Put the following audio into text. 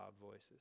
voices